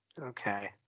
Okay